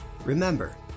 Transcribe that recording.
Remember